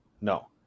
No